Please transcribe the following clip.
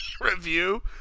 review